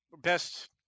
best